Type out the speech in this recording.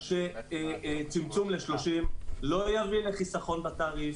שצמצום ל-30 לא יביא לחיסכון בתעריף.